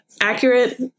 accurate